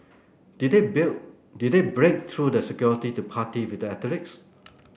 did they did they break through the security to party with the athletes